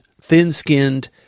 Thin-skinned